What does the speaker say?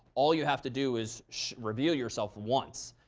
all you have to do is reveal yourself once.